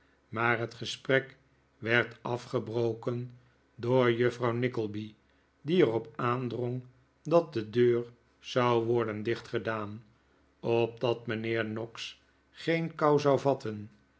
maar het gesprek werd afgebroken door juffrouw nickleby die er op aandrong dat de deur zou worden dicht gedaan opdat mijnheer noggs geen kou zou vatten